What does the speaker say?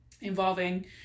involving